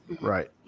Right